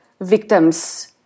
victims